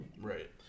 Right